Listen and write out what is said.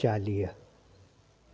चालीह